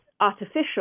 artificial